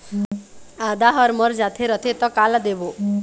आदा हर मर जाथे रथे त काला देबो?